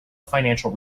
financial